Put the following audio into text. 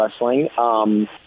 Wrestling